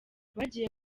bagiye